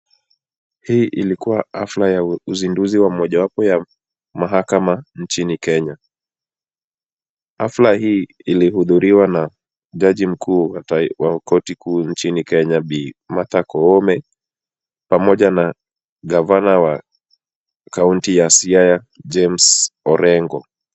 Hii ilikuwa hafla ya uzinduzi wa mojawapo ya mahakama nchini Kenya. Hafla hii ilihudhuriwa na jaji mkuu wa koti kuu nchini Kenya Bi. Martha Koome pamoja na gavana wa kaunti ya Siaya James Orengo.